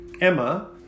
Emma